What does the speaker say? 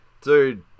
dude